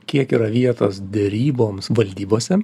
kiek yra vietos deryboms valdybose